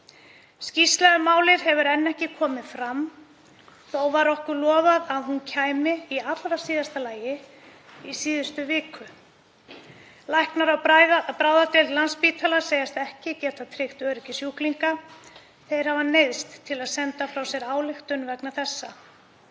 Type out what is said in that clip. Skýrsla um málið hefur enn ekki komið fram. Þó var okkur lofað að hún kæmi í allra síðasta lagi í síðustu viku. Læknar á bráðadeild Landspítalans segjast ekki geta tryggt öryggi sjúklinga. Þeir hafa neyðst til að senda frá sér ályktun vegna þessa.